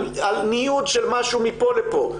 על ניוד של משהו מפה לפה.